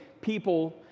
People